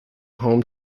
home